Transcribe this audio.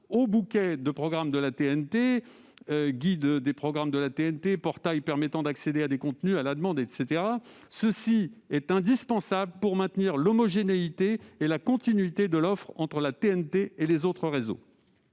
au bouquet des programmes de la TNT : guide des programmes de la TNT, portail permettant d'accéder à des contenus à la demande, etc. Cela est indispensable pour maintenir l'homogénéité et la continuité de l'offre entre la TNT et les autres réseaux.